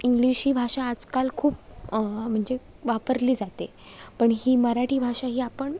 English ही भाषा आजकाल खूप म्हणजे वापरली जाते पण ही मराठी भाषा ही आपण